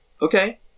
Okay